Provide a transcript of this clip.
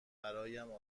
برایم